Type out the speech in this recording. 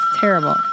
terrible